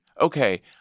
okay